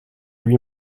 lui